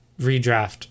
redraft